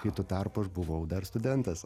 kai tuo tarpu aš buvau dar studentas